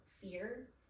fear